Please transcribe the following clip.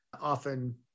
often